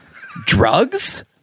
Drugs